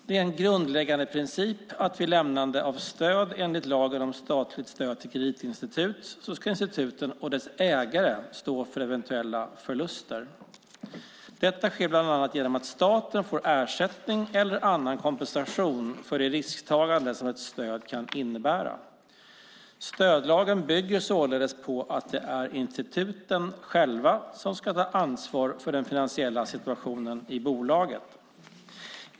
Det är en grundläggande princip att vid lämnande av stöd enligt lagen om statligt stöd till kreditinstitut ska institutet och dess ägare stå för eventuella förluster. Detta sker bland annat genom att staten får ersättning eller annan kompensation för det risktagande som ett stöd kan innebära. Stödlagen bygger således på att det är instituten själva som ska ta ansvar för den finansiella situationen i bolaget.